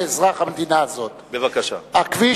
כאזרח המדינה הזאת: לגבי הכביש,